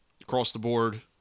across-the-board